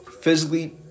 physically